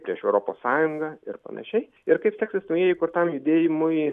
prieš europos sąjungą ir panašiai ir kaip seksis naujai įkurtam judėjimui